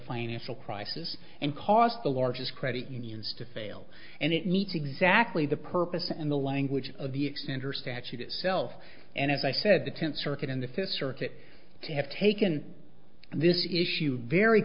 financial crisis and cause the largest credit unions to fail and it needs exactly the purpose and the language of the center statute itself and as i said the tenth circuit in the fifth circuit they have taken this issue very